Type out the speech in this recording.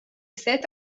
set